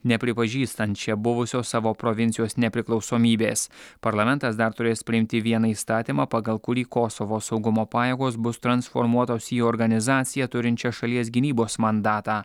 nepripažįstančia buvusios savo provincijos nepriklausomybės parlamentas dar turės priimti vieną įstatymą pagal kurį kosovo saugumo pajėgos bus transformuotos į organizaciją turinčią šalies gynybos mandatą